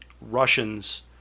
Russians